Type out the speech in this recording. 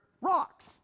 rocks